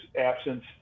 absence